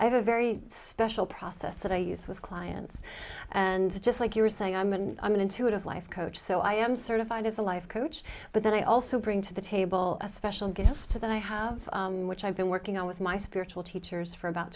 i have a very special process that i use with clients and just like you're saying i'm and i'm going to have life coach so i am certified as a life coach but then i also bring to the table a special gift to that i have which i've been working on with my spiritual teachers for about